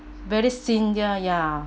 very senior ya